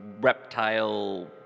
reptile